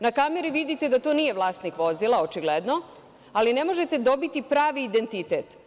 Na kameri vidite da to nije vlasnik vozila, očigledno, ali ne možete dobiti pravi identitet.